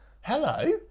Hello